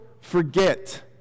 forget